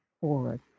forward